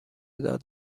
داد